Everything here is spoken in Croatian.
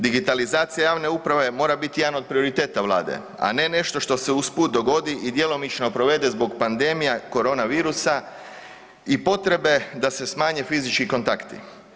Digitalizacija javne uprave mora biti jedan od prioriteta Vlade, a ne nešto što se usput dogodi i djelomično provede zbog pandemija koronavirusa i potrebe da se smanje fizički kontakti.